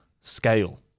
scale